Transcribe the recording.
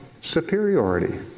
superiority